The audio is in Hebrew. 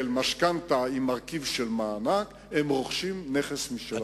של משכנתה עם מרכיב של מענק, הם רוכשים נכס משלהם.